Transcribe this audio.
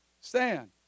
Stand